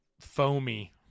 foamy